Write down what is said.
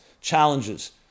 challenges